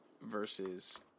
Versus